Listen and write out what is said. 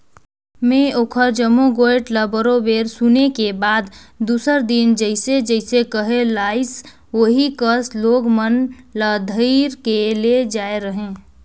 में ओखर जम्मो गोयठ ल बरोबर सुने के बाद दूसर दिन जइसे जइसे कहे लाइस ओही कस लोग मन ल धइर के ले जायें रहें